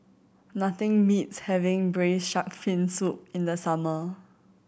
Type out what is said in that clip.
nothing beats having braise shark fin soup in the summer